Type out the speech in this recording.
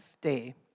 day